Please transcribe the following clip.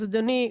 אז אדוני,